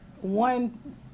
one